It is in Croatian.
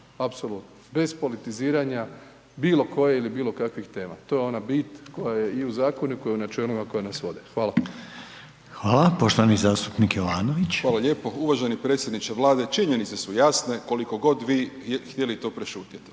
apsolutnom, bez politiziranja bilokoje ili bilokakvih tema, to je ona bit koja je i u zakonu i koja je u načelima i koje nas vode, hvala. **Reiner, Željko (HDZ)** Hvala. Poštovani zastupnik Jovanović. **Jovanović, Željko (SDP)** Hvala lijepo. Uvaženi predsjedniče Vlade, činjenice su jasne koliko god vi htjeli to prešutjeti,